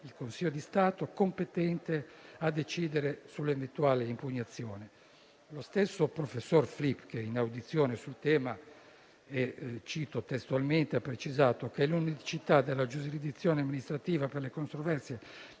il Consiglio di Stato, competente a decidere sull'eventuale impugnazione. Lo stesso professor Flick in audizione sul tema ha precisato - lo cito testualmente - che l'unicità della giurisdizione amministrativa per le controversie